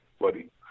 buddy